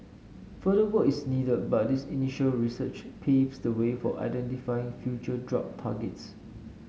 further work is needed but this initial research paves the way for identifying future drug targets